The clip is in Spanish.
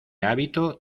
hábito